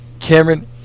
Cameron